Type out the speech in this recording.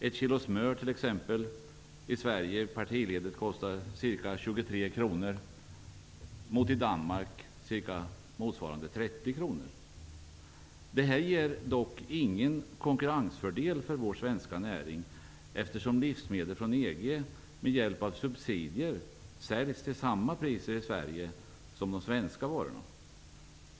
Ett kilo smör t.ex. kostar i partiledet ca 23 kr. i Sverige mot i Danmark motsvarande ca 30 kr. Detta ger dock ingen konkurrensfördel för vår svenska näring, eftersom livsmedel från EG med hjälp av subsidier säljs till samma priser i Sverige som de svenska varorna.